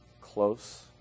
close